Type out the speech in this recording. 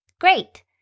Great